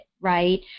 right